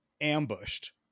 ambushed